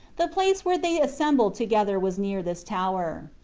the place where they assembled to gether was near this tower.